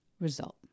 result